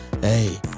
Hey